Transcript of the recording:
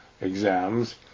exams